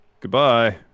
Goodbye